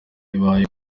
bibaye